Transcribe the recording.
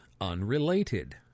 unrelated